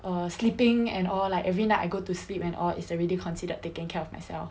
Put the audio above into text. or sleeping and all like every night I go to sleep and all it's already considered taking care of myself